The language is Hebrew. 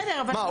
מה,